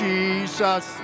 Jesus